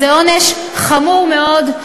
זה עונש חמור מאוד,